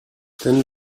then